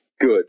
good